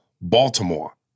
Baltimore